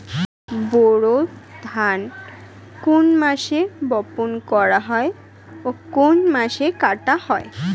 বোরো ধান কোন মাসে বপন করা হয় ও কোন মাসে কাটা হয়?